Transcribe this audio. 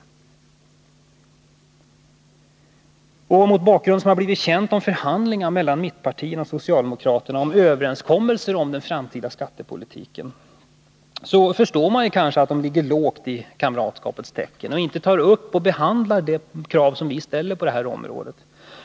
Mot bakgrund av vad som har blivit känt om förhandlingar mellan mittpartierna och socialdemokraterna om överenskommelser om den framtida skattepolitiken förstår man att de ligger lågt i kamratskapets tecken och inte tar upp och behandlar de krav som vi ställer på det här området.